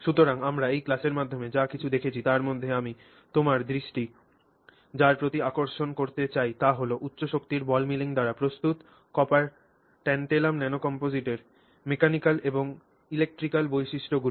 সুতরাং আমরা এই ক্লাসের মাধ্যমে যা কিছু দেখেছি তার মধ্যে আমি তোমার দৃষ্টি যার প্রতি আকর্ষণ করতে চাই তা হল উচ্চ শক্তির বল মিলিং দ্বারা প্রস্তুত copper tantalum nanocomposite এর মেকানিকাল এবং ইলেক্ট্রিকাল বৈশিষ্ট্যগুলি